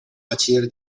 bachiller